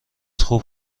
خوب